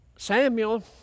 Samuel